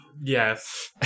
Yes